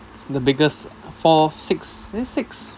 the biggest four six eh six